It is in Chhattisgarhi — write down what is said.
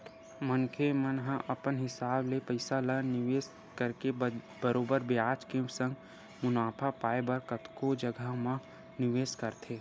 मनखे मन ह अपन हिसाब ले पइसा ल निवेस करके बरोबर बियाज के संग मुनाफा पाय बर कतको जघा म निवेस करथे